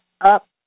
up